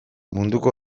munduko